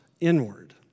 inward